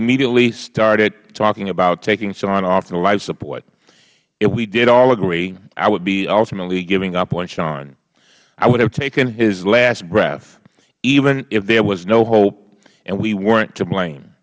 immediately started talking about taking shawn off the life support if we did all agree i would be ultimately giving up on shawn i would have taken his last breath even if there was no hope and we werent to blame